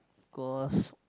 cause